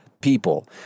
people